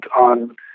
on